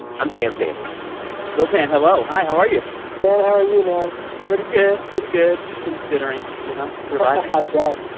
i'm sam sanders sopan, hello. hi. how are you? sam, how are you, man? pretty good. pretty good, considering. you know, surviving i bet.